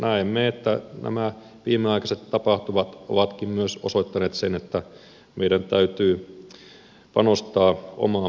näemme että nämä viimeaikaiset tapahtumat ovatkin myös osoittaneet sen että meidän täytyy panostaa omaan puolustukseemme